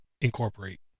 incorporate